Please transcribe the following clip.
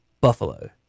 Buffalo